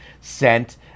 sent